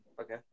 Okay